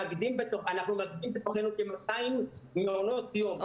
אנחנו מאגדים בתוכנו כ-200 מעונות יום,